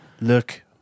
Look